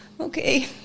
okay